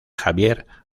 javier